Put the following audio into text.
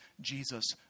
Jesus